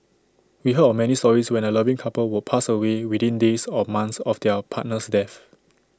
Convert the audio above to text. we heard of many stories when A loving couple would pass away within days or months of their partner's death